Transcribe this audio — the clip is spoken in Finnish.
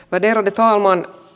värderade talman